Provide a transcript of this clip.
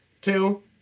Two